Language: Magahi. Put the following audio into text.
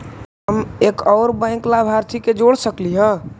हम एक और बैंक लाभार्थी के जोड़ सकली हे?